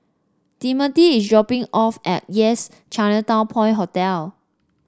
Timothy is dropping off at Yes Chinatown Point Hotel